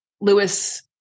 Lewis